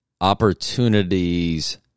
opportunities